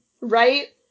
right